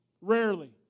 Rarely